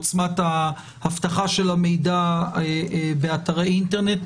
עוצמת האבטחה של המידע באתרי אינטרנט.